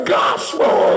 gospel